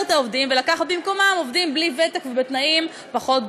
את העובדים ולקחת במקומם עובדים בלי ותק ובתנאים פחות,